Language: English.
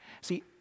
See